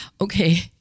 okay